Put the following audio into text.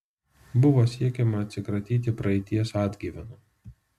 buvo siekiama atsikratyti praeities atgyvenų